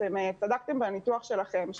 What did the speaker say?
אתם צדקתם בניתוח שלכם,